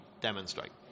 demonstrate